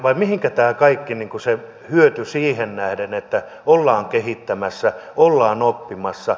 vai mihinkä tämä kaikki hyöty siihen nähden että ollaan kehittämässä ollaan oppimassa